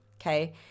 okay